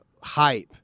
hype